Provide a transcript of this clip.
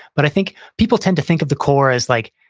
but i think people tend to think of the core as like,